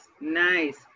nice